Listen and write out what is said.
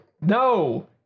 No